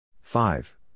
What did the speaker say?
five